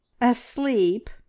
asleep